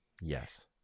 yes